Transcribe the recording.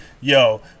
yo